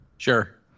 Sure